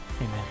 Amen